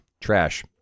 Trash